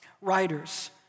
writers